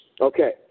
Okay